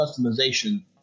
customization